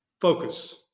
Focus